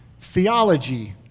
theology